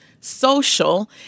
social